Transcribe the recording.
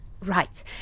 Right